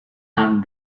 and